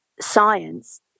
science